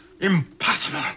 Impossible